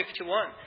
51